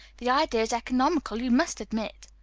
the idea is economical, you must admit.